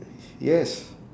yes